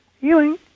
Healing